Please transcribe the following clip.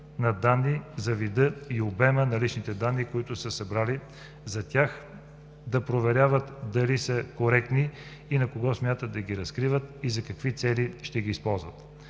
на данни за вида и обема лични данни, които са събрали за тях, да проверяват дали са коректни и на кого смятат да ги разкриват, и за какви цели ще ги използват.